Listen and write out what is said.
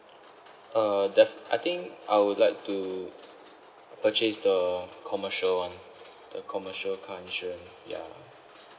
uh defin~ I think I would like to purchase the commercial one the commercial car insurance ya